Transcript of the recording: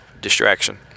distraction